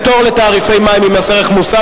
פטור לתעריפי מים ממס ערך מוסף).